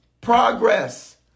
progress